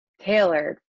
tailored